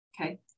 okay